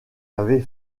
avait